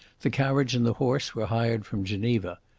the carriage and the horse were hired from geneva.